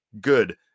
good